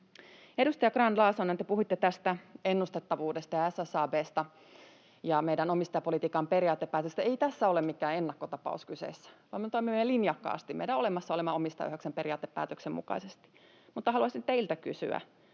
Edustaja Grahn-Laasonen, te puhuitte ennustettavuudesta ja SSAB:stä ja meidän omistajapolitiikan periaatepäätöksestä. Ei tässä ole mikään ennakkotapaus kyseessä, vaan me toimimme linjakkaasti meidän olemassa olevan omistajaohjauksen periaatepäätöksen mukaisesti. Mutta haluaisin teiltä kysyä: